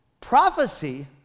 Prophecy